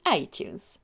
iTunes